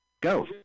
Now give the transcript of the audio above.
Go